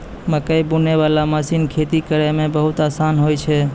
मकैइ बुनै बाला मशीन खेती करै मे बहुत आसानी होय छै